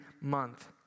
month